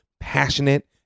passionate